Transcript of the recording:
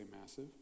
massive